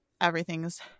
everything's